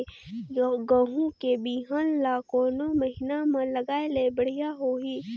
गहूं के बिहान ल कोने महीना म लगाय ले बढ़िया होही?